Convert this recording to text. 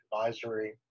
advisory